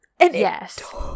Yes